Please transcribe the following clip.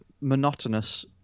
monotonous